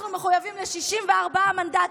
אנחנו מחויבים ל-64 מנדטים.